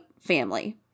family